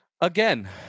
Again